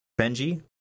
Benji